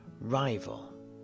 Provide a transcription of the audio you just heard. rival